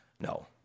no